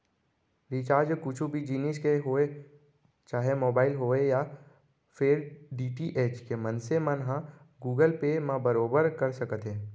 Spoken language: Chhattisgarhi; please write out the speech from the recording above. रिचार्ज कुछु भी जिनिस के होवय चाहे मोबाइल होवय या फेर डी.टी.एच के मनसे मन ह गुगल पे म बरोबर कर सकत हे